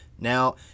Now